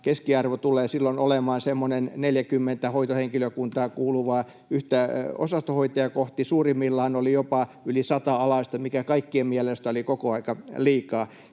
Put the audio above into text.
Keskiarvo tulee silloin olemaan semmoinen 40 hoitohenkilökuntaan kuuluvaa yhtä osastonhoitajaa kohti. Suurimmillaan oli jopa yli sata alaista, mikä kaikkien mielestä oli koko ajan liikaa,